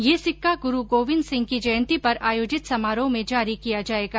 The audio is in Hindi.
यह सिक्का गुरु गोबिन्द सिंह की जयंती पर आयोजित समारोह में जारी किया जाएगा